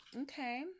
Okay